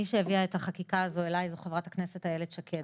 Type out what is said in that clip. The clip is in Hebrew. מי שהביאה את החקיקה הזאת אליי זו חה"כ איילת שקד,